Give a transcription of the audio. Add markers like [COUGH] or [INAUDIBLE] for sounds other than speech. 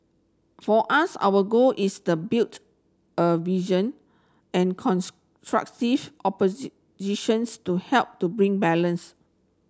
for us our goal is the built a vision and [UNINTELLIGIBLE] to help to bring balance